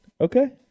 Okay